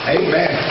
amen